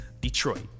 Detroit